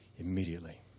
Immediately